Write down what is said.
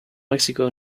mexico